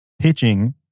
pitching